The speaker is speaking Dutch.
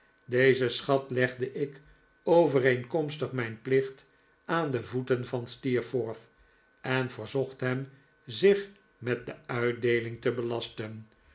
dezen schat legde ik overeenkomstig mijn plicht aan de voeten van steerforth en verzocht hem zich met de uitdeeling te belasten